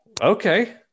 Okay